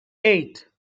eight